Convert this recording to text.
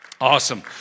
Awesome